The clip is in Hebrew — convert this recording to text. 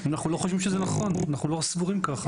אנחנו לא חושבים שזה נכון; אנחנו לא סבורים כך.